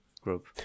group